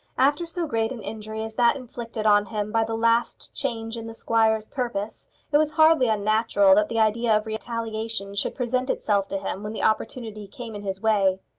after so great an injury as that inflicted on him by the last change in the squire's purpose it was hardly unnatural that the idea of retaliation should present itself to him when the opportunity came in his way.